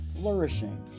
flourishing